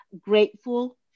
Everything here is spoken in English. grateful